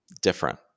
different